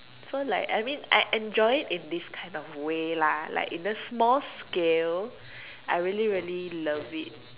so like I mean I enjoyed it in these kind of way lah like in this small scale I really really love it